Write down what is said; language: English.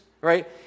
right